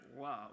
love